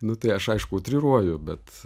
nu tai aš aišku utriruoju bet